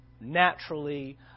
naturally